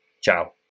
Ciao